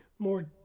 more